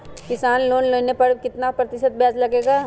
किसान लोन लेने पर कितना प्रतिशत ब्याज लगेगा?